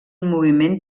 moviment